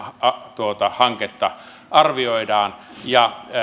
tuota hanketta arvioidaan ja